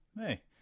Hey